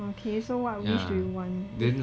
okay so what yesterday do you want